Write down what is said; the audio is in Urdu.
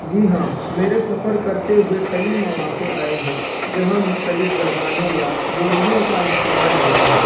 جی ہاں میرے سفر کرتے ہوئے کئی مواقع آئے ہیں جہاں مختلف زبانوں یا بولیوں کا استعمال ہوا ہے